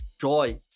joy